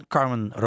Carmen